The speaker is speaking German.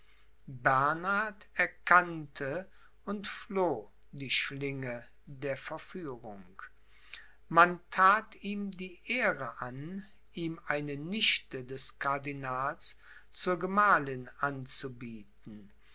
bernhard erkannte und floh die schlinge der verführung man that ihm die ehre an ihm eine nichte des cardinals zur gemahlin anzubieten